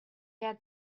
had